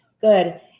good